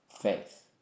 faith